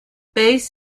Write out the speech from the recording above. base